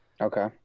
okay